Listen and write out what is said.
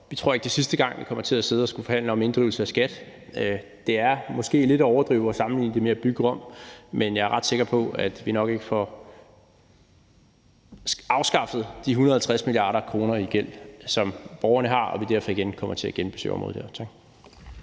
Vi tror ikke, det er sidste gang, vi kommer til at sidde og skulle forhandle om inddrivelse af skat. Det er måske lidt at overdrive at sammenligne det med at bygge Rom, men jeg er ret sikker på, at vi nok ikke får afskaffet de 150 mia. kr. i gæld, som borgerne har, og at vi derfor kommer til at genbesøge området her.